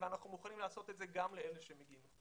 ואנחנו מוכנים לעשות את זה גם לאלה שמגיעים.